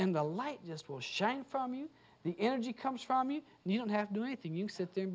and the light just will shine from you the energy comes from you and you don't have to do anything you sit there